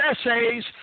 essays